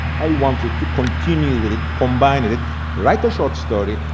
i wanted to continue with it, combine it, write a short story,